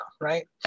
right